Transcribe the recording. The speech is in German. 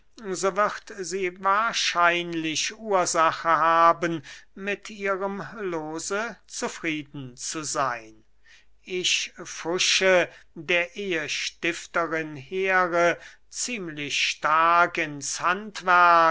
sie wahrscheinlich ursache haben mit ihrem loose zufrieden zu seyn ich pfusche der ehestifterin here ziemlich stark ins